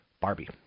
Barbie